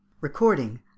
Recording